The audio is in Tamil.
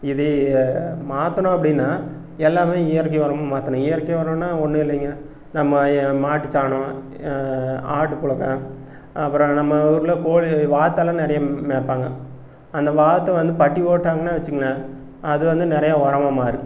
இதே மாற்றணும் அப்படின்னா எல்லாமே இயற்கை உரமா மாற்றணும் இயற்கை உரன்னா ஒன்றும் இல்லைங்க நம்ம மாட்டுச்சாணம் ஆட்டு புளுக்கம் அப்புறம் நம்ம ஊரில் கோழி வாத்தெலாம் நிறைய மேய்பாங்க அந்த வாத்தை வந்து பட்டி போட்டாங்கன்னா வச்சுகோங்களேன் அது வந்து நிறைய உரமாக மாறும்